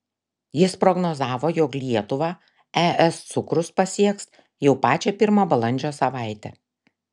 jis prognozavo jog lietuvą es cukrus pasieks jau pačią pirmą balandžio savaitę